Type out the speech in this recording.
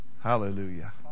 Hallelujah